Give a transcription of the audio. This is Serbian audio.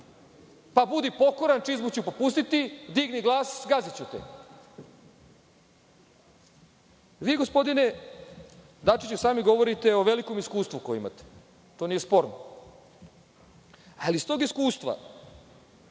pa budi pokoran čizmu ću popustiti, digni glas, zgaziću te. Vi gospodine Dačiću, sami govorite o velikom iskustvu koje imate. To nije sporno, ali iz tog iskustva